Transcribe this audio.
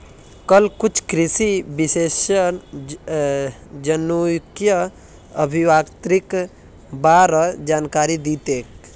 कल कुछ कृषि विशेषज्ञ जनुकीय अभियांत्रिकीर बा र जानकारी दी तेक